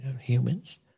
humans